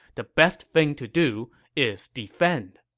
the best thing to do is defend.